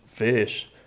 fish